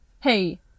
hey